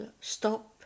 stop